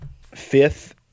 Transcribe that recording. fifth